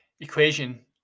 equation